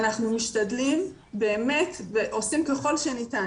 אנחנו משתדלים באמת ועושים ככול שניתן.